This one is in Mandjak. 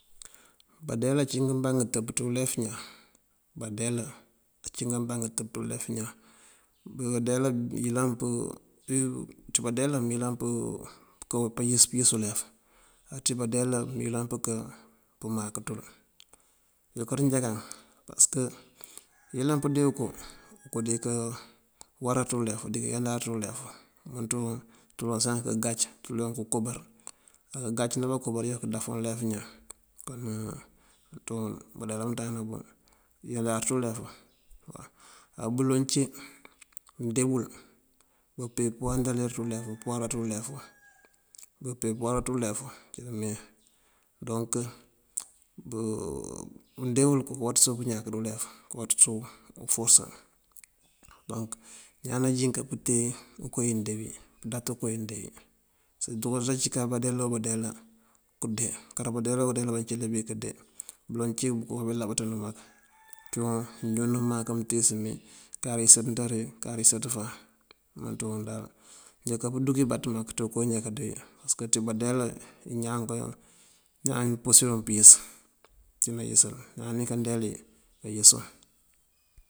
Bandeela ací ngëbaŋ ngëtëb ţí ulef ñaan, bandeela ací ngëbaŋ ngëtëb dí ulef ñaan. ţí bandeela mëyëlan pënká uyës ulef, á ţí bandeela mëyëlan pënká pëmak ţul. Ţakoo ţí mënjáka pasëk mëyëlan kadee koo, koo dika wará ţí ulefu koo dika yandar ţí ulefu mënţúwu ţuloŋ saŋ pëgáac ţuloŋ kënkobar. Mëgáacëna bá bankoo bëreer kul kadáafan ulef ñaan. Kon cúun bandeela bëmënţandana bun yëlaţa ţí ulefu waw. Á bëloŋ cí budee bul kapee puwáanţënar ţí ulefu bupee pëwará ţí ulefu, bupee pëwará ţí ulefu. Doonk bundee wul kuwáaţësu pëñaak ţí ulefu, kuwáaţësu uforësa. Doonk ñaan najín aká puteen koowí mëndee yí, pëdáat koowí mëndeee. Pasëk kawáaţësa dukaţa cí kak bandeela wo bandeela këndee karo bandeela wo bandeela bancëli bí këndee bëloŋ cí buke labanţanu ulef mak. cúun mënjúund mëmak mëtíis mí karisaţ nţari karisaţ fáan. Umënţ wun dal undaká purúuk ibáaţ mak ţí koo njá këndee wí pasëk ţí bandeela ñaan pursirun pëyës, nëcí nayësal. Ñaan ní kandeele wí kayësun.